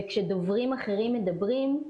וכשדוברים אחרים מדברים,